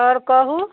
आओर कहू